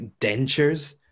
dentures